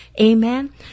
Amen